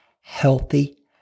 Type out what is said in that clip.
Healthy